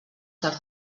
que